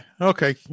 Okay